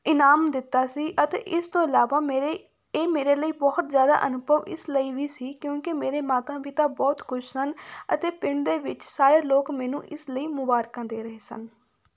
ਇਨਾਮ ਦਿੱਤਾ ਸੀ ਅਤੇ ਇਸ ਤੋਂ ਇਲਾਵਾ ਮੇਰੇ ਇਹ ਮੇਰੇ ਲਈ ਬਹੁਤ ਜ਼ਿਆਦਾ ਅਨੁਭਵ ਇਸ ਲਈ ਵੀ ਸੀ ਕਿਉਂਕਿ ਮੇਰੇ ਮਾਤਾ ਪਿਤਾ ਬਹੁਤ ਖੁਸ਼ ਸਨ ਅਤੇ ਪਿੰਡ ਦੇ ਵਿੱਚ ਸਾਰੇ ਲੋਕ ਮੈਨੂੰ ਇਸ ਲਈ ਮੁਬਾਰਕਾਂ ਦੇ ਰਹੇ ਸਨ